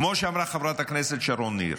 כמו שאמרה חברת הכנסת שרון ניר,